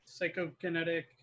psychokinetic